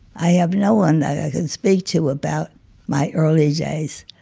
i have no one that i can speak to about my early days.